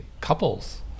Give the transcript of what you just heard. couples